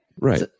right